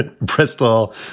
Bristol